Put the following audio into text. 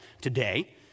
today